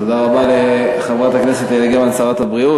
תודה רבה לחברת הכנסת יעל גרמן, שרת הבריאות.